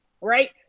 right